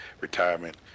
retirement